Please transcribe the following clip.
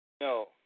No